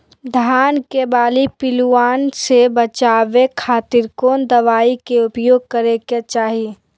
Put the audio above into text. धान के बाली पिल्लूआन से बचावे खातिर कौन दवाई के उपयोग करे के चाही?